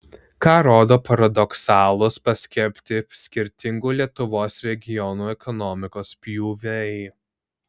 ką rodo paradoksalūs paskelbti skirtingų lietuvos regionų ekonomikos pjūviai